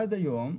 עד היום,